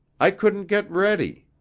i couldn't get ready.